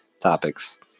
topics